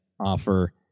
offer